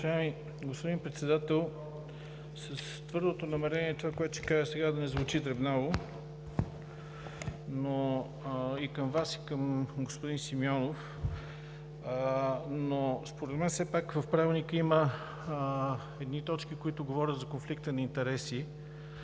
господин Председател, с твърдото намерение това, което ще кажа сега, да не звучи дребнаво и към Вас, и към господин Симеонов, но според мен в Правилника все пак има едни точки, които говорят за конфликта на интереси.